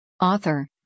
Author